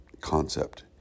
concept